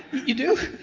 you do?